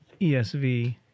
ESV